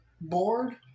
board